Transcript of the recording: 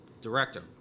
Director